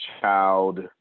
child